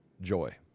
joy